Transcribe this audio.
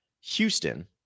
Houston